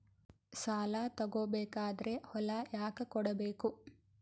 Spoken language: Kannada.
ಸಾಲ ತಗೋ ಬೇಕಾದ್ರೆ ಹೊಲ ಯಾಕ ಕೊಡಬೇಕು?